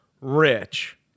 rich